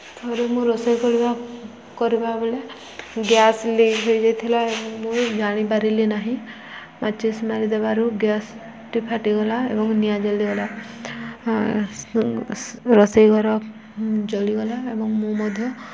ଥରେ ମୁଁ ରୋଷେଇ କରିବା କରିବା ବେଳେ ଗ୍ୟାସ୍ ଲିକ୍ ହୋଇଯାଇଥିଲା ଏବଂ ମୁଁ ଜାଣିପାରିଲି ନାହିଁ ମାଚିସ୍ ମାରିଦେବାରୁ ଗ୍ୟାସ୍ଟି ଫାଟିଗଲା ଏବଂ ନିଆଁ ଜଳିଗଲା ରୋଷେଇ ଘର ଜଳିଗଲା ଏବଂ ମୁଁ ମଧ୍ୟ